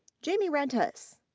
jamie rentas.